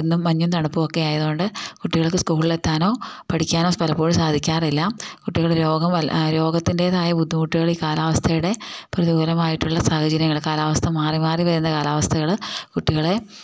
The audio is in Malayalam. എന്നും മഞ്ഞും തണുപ്പുമൊക്കെ ആയതുകൊണ്ട് കുട്ടികൾക്ക് സ്കൂളിൽ എത്താനോ പഠിക്കാനോ പലപ്പോഴും സാധിക്കാറില്ല കുട്ടികൾ രോഗം രോഗത്തിൻ്റേതായ ബുദ്ധിമുട്ടുകൾ ഈ കാലാവസ്ഥയുടെ പ്രതികൂലമായിട്ടുള്ള സാഹചര്യങ്ങൾ കാലാവസ്ഥ മാറി മാറി വരുന്ന കാലാവസ്ഥകൾ കുട്ടികളെ